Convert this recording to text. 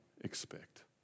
expect